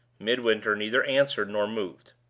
midwinter neither answered nor moved.